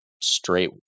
straight